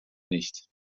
nicht